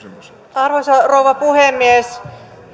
arvoisa rouva puhemies